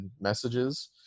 messages